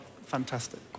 Fantastic